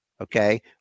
Okay